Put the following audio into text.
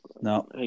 no